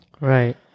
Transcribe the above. Right